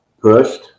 pushed